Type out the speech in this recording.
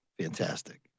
Fantastic